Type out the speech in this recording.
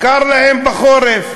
קר להם בחורף.